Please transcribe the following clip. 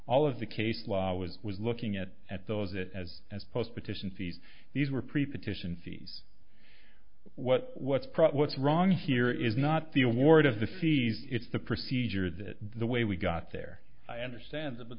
all of the case law was was looking at at those it as as post petition fees these were prepared to sion fees what what's proper what's wrong here is not the award of the fees it's the procedure that the way we got there i understand th